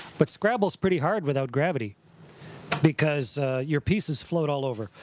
but scrabble's pretty hard without gravity because your pieces float all over,